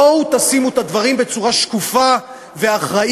בואו תשימו את הדברים בצורה שקופה ואחראית,